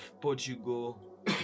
Portugal